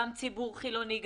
גם ציבור חילוני,